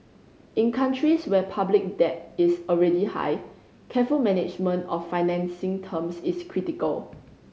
in countries where public debt is already high careful management of financing terms is critical